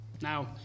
Now